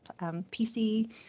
PC